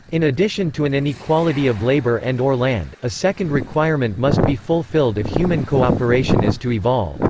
in addition to an inequality of labor and or land, a second requirement must be fulfilled if human cooperation is to evolve.